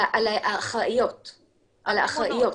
על האחראיות,